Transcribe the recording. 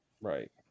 Right